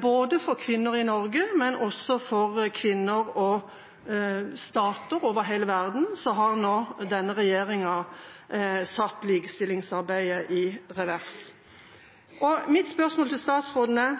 både for kvinner i Norge og for kvinner og stater over hele verden har denne regjeringa satt likestillingsarbeidet i revers. Mitt spørsmål til statsråden er: